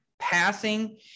Passing